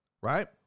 right